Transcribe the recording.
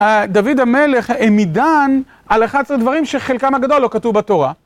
דוד המלך נידן על אחד עשרה דברים שחלקם הגדול לא כתוב בתורה.